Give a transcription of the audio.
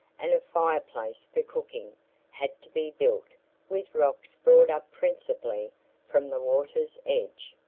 and a fireplace for cooking had to be built with rocks brought up principally from the water's edge.